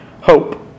hope